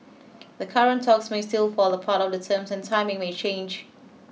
the current talks may still fall apart or the terms and timing may change